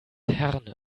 herne